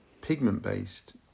pigment-based